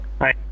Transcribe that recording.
hi